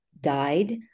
died